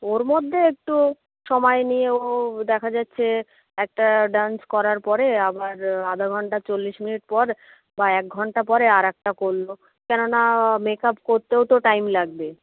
তো ওর মধ্যে একটু সময় নিয়েও দেখা যাচ্ছে একটা ডান্স করার পরে আবার আধ ঘন্টা চল্লিশ মিনিট পর বা এক ঘন্টা পরে আরেকটা করলো কেন না মেক আপ করতেও তো টাইম লাগবে